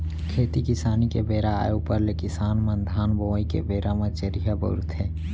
खेती किसानी के बेरा आय ऊपर ले किसान मन धान बोवई के बेरा म चरिहा बउरथे